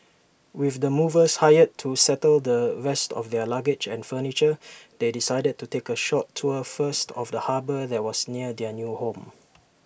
with the movers hired to settle the rest of their luggage and furniture they decided to take A short tour first of the harbour that was near their new home